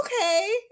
okay